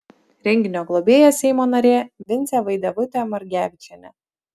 renginio globėja seimo narė vincė vaidevutė margevičienė